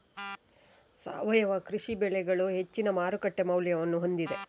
ಸಾವಯವ ಕೃಷಿ ಬೆಳೆಗಳು ಹೆಚ್ಚಿನ ಮಾರುಕಟ್ಟೆ ಮೌಲ್ಯವನ್ನು ಹೊಂದಿದೆ